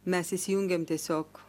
mes įsijungėm tiesiog